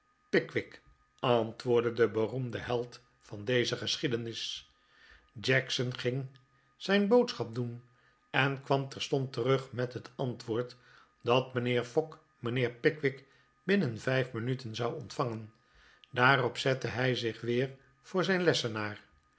antwoordde de beroemde held van deze geschiedenis jackson ging zijn boodschap doen en kwam terstond terug met het antwoord dat mijnheer fogg mijnheer pickwick binnen vijf minuten zou ontvangen daarop zette hij zich weer voor zijn lessenaar